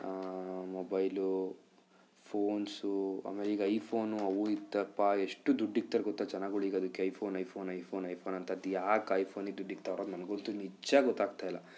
mobile phones ಆಮೇಲೆ ಈಗ iPhone ಅವು ಇತ್ತಪ್ಪ ಎಷ್ಟು ದುಡ್ಡು ಇಕ್ತಾರೆ ಗೊತ್ತಾ ಜನಗಳೀಗ ಅದಕ್ಕೆ ಐಫೋನ್ ಐಫೋನ್ ಐಫೋನ್ ಐಫೋನ್ ಅಂತ ಅದ್ಯಾಕೆ ಐಫೋನಿಗೆ ದುಡ್ಡು ಇಕ್ತವ್ರೋ ಅದು ನನಗಂತೂ ನಿಜ ಗೊತ್ತಾಗ್ತಾ ಇಲ್ಲ